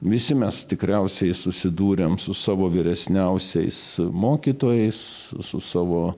visi mes tikriausiai susidūrėm su savo vyresniausiais mokytojais su su savo